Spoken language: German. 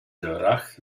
lörrach